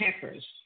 peppers